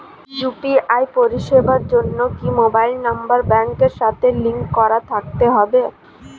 UPI পরিষেবার জন্য কি মোবাইল নাম্বার ব্যাংকের সাথে লিংক করা থাকতে হবে?